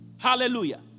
Hallelujah